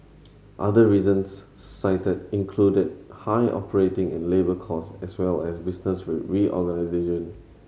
other reasons cited included high operating and labour cost as well as business reorganisation